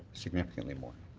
significantly more.